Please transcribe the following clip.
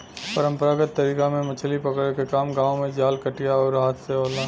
परंपरागत तरीका में मछरी पकड़े के काम गांव में जाल, कटिया आउर हाथ से होला